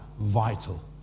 Vital